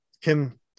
kim